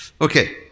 Okay